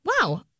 wow